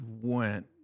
went